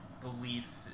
belief